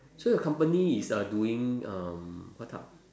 so your company is uh doing um what type